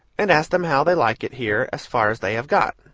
and ask them how they like it here, as far as they have got.